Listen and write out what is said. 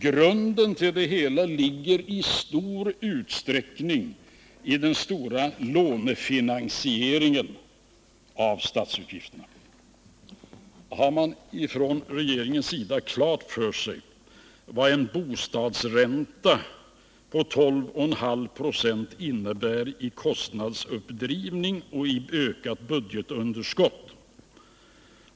Grunden till det hela ligger i stor utsträckning i den stora lånefinanseringen av statsutgifterna. Har regeringen klart för sig vad en bostadsränta på 12,5 96 innebär i kostnadsuppdrivning och i ökat budgetunderskott?